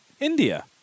India